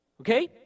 okay